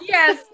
Yes